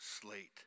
slate